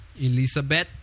Elizabeth